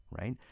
right